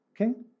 Okay